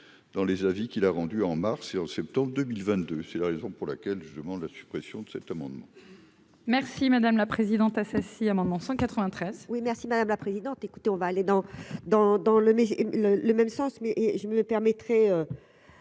dans les avis qui l'a vendu en mars et en septembre 2022, c'est la raison pour laquelle je demande la suppression de cet amendement. Merci madame la présidente Assassi amendement 193. Oui merci madame la présidente, écoutez, on va aller dans dans dans le le le même sens, mais je ne me permettrais